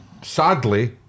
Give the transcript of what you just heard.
sadly